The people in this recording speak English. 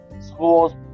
schools